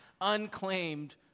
unclaimed